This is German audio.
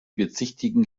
bezichtigen